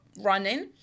running